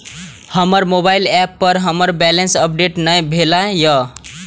हमर mobile app पर हमर बैलेंस अपडेट ने भेल या